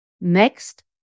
Next